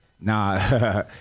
nah